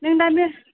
नों दा बेस